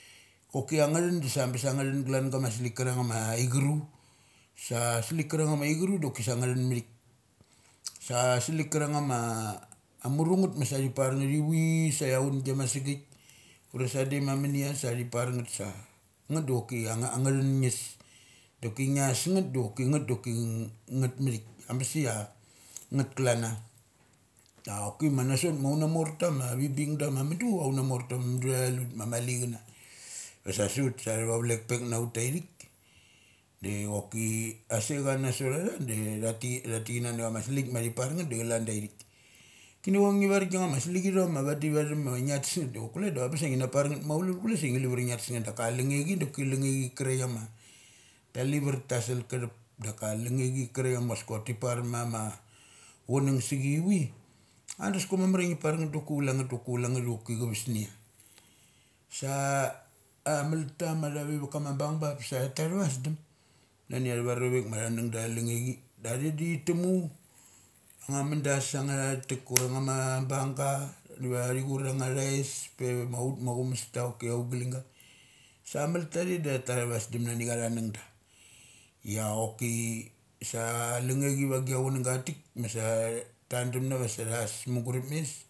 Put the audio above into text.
Koki angathun da sa abes nga thun kalan gama salik karang ama aiguru. Sa salik karan gama ai guru oki sa nga thun math sa salik karang ama muru ngeth masa thi par ngeth ivi sa achiaung ma a sagik da sade ma munis sa thi parngeth sa ngeth du choki ang a, angangathun ngis. Dok nias ngeth doki ngeth doki ngeth mathik. Am bes ia ngeth kalan an na da choki na sot auna morta ma vibing da ma mudu. Auna morta ma mudu tha thal un ma mali chana vasa su ut matha vavlek rek naut taithik, de chok a secna nasot atha da tha ti, thatik kanana chama salik mathi par ngeth da calanda ithik. Kini chok ngi var gia nga salik ithong ma vadi vathum ma ngia tesngeth do chok kule da bes ngi na parneth maulul. Kule da ngia lavar ngia tes ngeth daka langnge chi, doki langnge chi karai kama ta lavar ta sal karthup dak langngechi karik mas koki ti parmama chunang sachi ivi a dakok mamar ia ngi parngeth doki chule ngeth, doki chule ngeth, voki chus nia. Sa a amalta ma thave ma kama bung bap sa tha tu atha sa dum. Nani atha rovek ma thu ang da athava lang nge chi. Da athe da thi tumu anga ma das, anga tha tha tek ura chama bungga iva thi chuar angnga thais pe ma ut ma aum mesta choki augaling ga. Sa amalta athe da tha tu athavas dum nani athnung da. Ia choki sa langne chi va gia chunangga aitha tik masa a tun dum na vasa thus mugu rup mes.